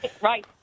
Right